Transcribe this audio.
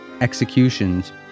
executions